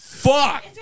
Fuck